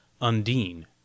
Undine